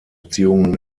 beziehungen